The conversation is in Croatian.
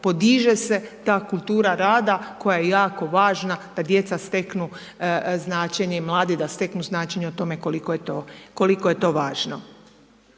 podiže se ta kultura rada koja je jako važna da djeca steknu značenje i mladi da steknu značenje o tome koliko je to važno.